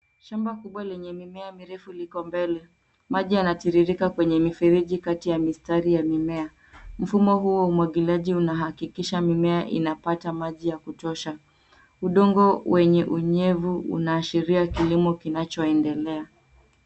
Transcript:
Shamba kubwa lenye mimea mirefu liko mbele ,maji yanatiririka kwenye mifereji kati ya mistari ,ya mimea. Mfumo huu wa umwagiliaji unahakikisha mimea inapata maji ya kutosha .Udongo wenye unyevu unaashiria kilimo kinacho endelea.